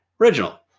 original